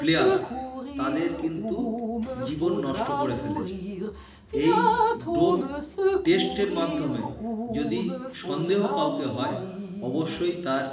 player তাদের কিন্তু জীবন নষ্ট করে ফেলেছে এই ডোপ টেস্টের মাধ্যমে যদি সন্দেহ কাউকে হয় অবশ্যই তার